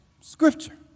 Scripture